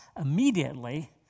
immediately